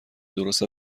درست